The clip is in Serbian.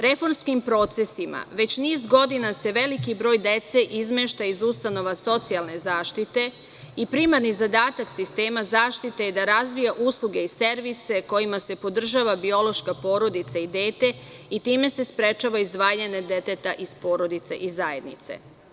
Reformskim procesima, već niz godina se veliki broj dece izmešta iz ustanova socijalne zaštite i primarni zadatak sistema zaštite je da razvija usluge i servise kojima se podržava biološka porodica i dete i time se sprečava izdvajanje deteta iz porodice i zajednice.